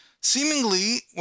Seemingly